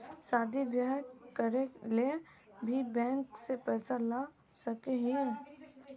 शादी बियाह करे ले भी बैंक से पैसा ला सके हिये?